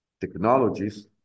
technologies